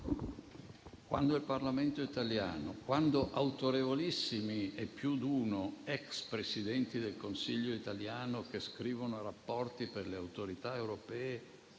italiano, il Parlamento italiano, autorevolissimi - e più d'uno - *ex* Presidenti del Consiglio italiano che scrivono rapporti per le autorità europee,